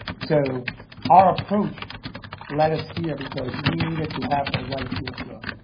so our approach led us here because we needed to have the right deal flow.